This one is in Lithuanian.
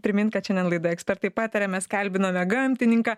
primint kad šiandien laida ekspertai pataria mes kalbinome gamtininką